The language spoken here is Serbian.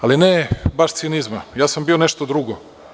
Ali, ne baš cinizma, ja sam bio nešto drugo.